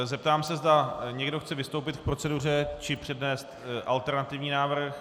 Zeptám se, zda někdo chce vystoupit k proceduře či přednést alternativní návrh.